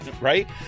right